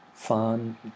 fun